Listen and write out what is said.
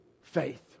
Faith